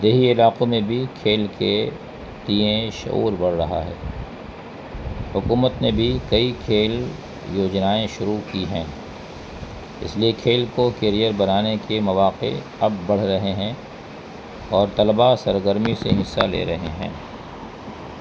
دیہی علاقوں میں بھی کھیل کے تئ شعور بڑھ رہا ہے حکومت نے بھی کئی کھیل یوجنائیں شروع کی ہیں اس لیے کھیل کو کیریئر بنانے کے مواقع اب بڑھ رہے ہیں اور طلبا سرگرمی سے حصہ لے رہے ہیں